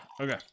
Okay